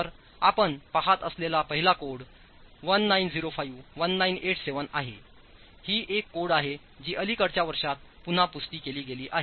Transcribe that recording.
तर आपण पहात असलेला पहिला कोड 1905 1987 आहे ही एक कोड आहे जीअलिकडच्या वर्षांत पुन्हा पुष्टी केली गेली आहे